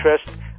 interest